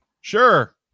Sure